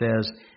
says